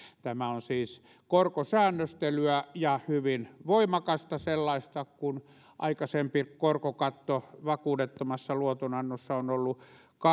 tämä on siis korkosäännöstelyä ja hyvin voimakasta sellaista kun aikaisempi korkokatto vakuudettomassa luotonannossa on ollut